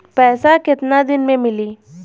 पैसा केतना दिन में मिली?